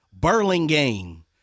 Burlingame